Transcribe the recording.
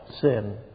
sin